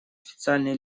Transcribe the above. официальные